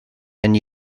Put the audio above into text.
and